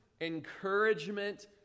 encouragement